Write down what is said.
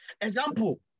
Example